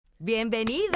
¡Bienvenida